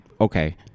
Okay